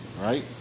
right